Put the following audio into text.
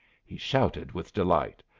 he shouted with delight.